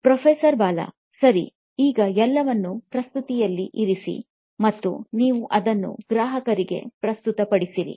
professor Bala ಸರಿ ಈಗ ಎಲ್ಲವನ್ನೂ ಪ್ರಸ್ತುತಿಯಲ್ಲಿ ಇರಿಸಿ ಮತ್ತು ನೀವು ಅದನ್ನು ಗ್ರಾಹಕರಿಗೆ ಪ್ರಸ್ತುತ ಪಡಿಸಿರಿ